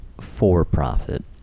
for-profit